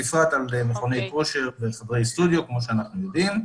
בפרט על מכוני כושר וחדרי סטודיו כמו שאנחנו יודעים.